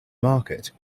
market